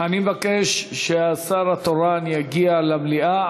אני מבקש שהשר התורן יגיע למליאה.